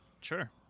Sure